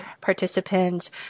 participants